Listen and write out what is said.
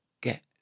get